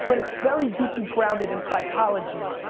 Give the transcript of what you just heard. but it's very deeply grounded in psychology.